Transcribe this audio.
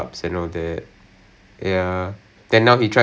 mm mm mm அப்பா அதெலாம்:appaa athelaam